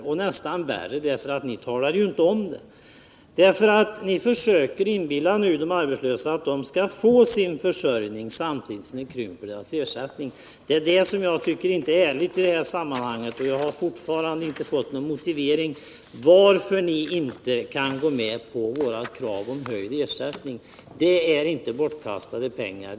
Ja, det är nästan värre, för ni talar inte om det. Ni försöker inbilla de arbetslösa att de skall få sin försörjning, samtidigt som ni krymper deras ersättning. Det tycker jag inte är ärligt, och jag har fortfarande inte fått någon motivering till att ni inte kan gå med på våra krav om höjd ersättning. Det är inte bortkastade pengar.